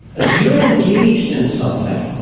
as you're engaged in something